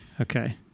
Okay